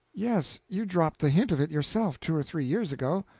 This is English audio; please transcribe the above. yes. you dropped the hint of it yourself, two or three years ago.